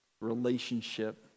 relationship